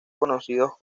conocidos